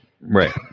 Right